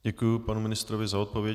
Děkuji panu ministrovi za odpověď.